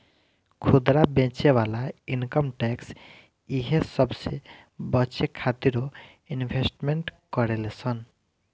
खुदरा बेचे वाला इनकम टैक्स इहे सबसे बचे खातिरो इन्वेस्टमेंट करेले सन